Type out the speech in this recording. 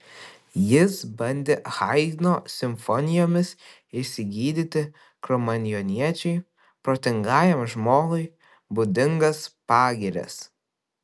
jis bandė haidno simfonijomis išsigydyti kromanjoniečiui protingajam žmogui būdingas pagirias